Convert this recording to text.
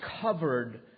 covered